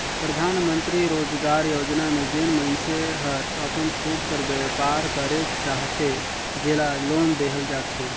परधानमंतरी रोजगार योजना में जेन मइनसे हर अपन खुद कर बयपार करेक चाहथे जेला लोन देहल जाथे